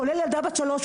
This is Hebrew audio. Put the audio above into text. כולל ילדה בת שלוש,